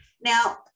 Now